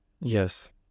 Yes